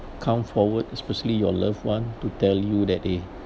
come forward especially your loved one to tell you that eh